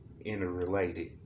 interrelated